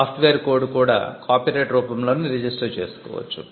soft wear code కూడా copyright రూపంలోనే register చేసుకోవచ్చు